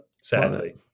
sadly